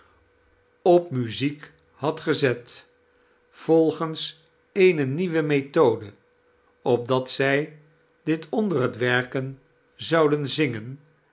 op muiziek luad gezet volgens eene nieuwe methode opdat zij dit onder het werken zouden zingen